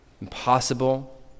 impossible